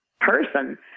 person